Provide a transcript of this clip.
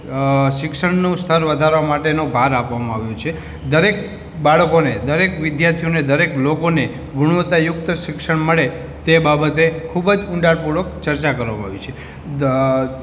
અ શિક્ષણનું સ્તર વધારવા માટેનો ભાર આપવામાં આવ્યો છે દરેક બાળકોને દરેક વિદ્યાર્થીઓને દરેક લોકોને ગુણવત્તાયુક્ત શિક્ષણ મળે તે બાબતે ખૂબ જ ઊંડાણપૂર્વક ચર્ચા કરવામાં આવી છે દ